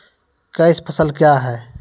Cash फसल क्या हैं?